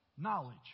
Knowledge